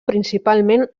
principalment